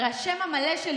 השם המלא שלי,